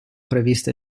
prevista